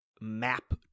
map